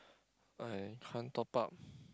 I can't top up